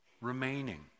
remaining